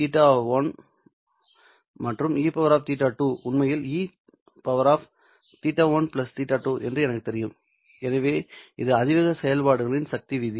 eθ1 மற்றும் eθ2 உண்மையில் e θ 1 θ 2 என்று எனக்குத் தெரியும்எனவே இது அதிவேக செயல்பாடுகளின் சக்தி விதி